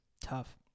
Tough